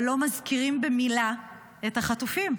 אבל לא מזכירים במילה את החטופים.